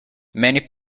many